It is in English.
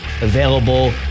available